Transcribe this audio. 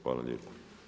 Hvala lijepa.